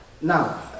Now